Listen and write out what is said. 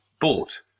bought